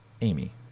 Amy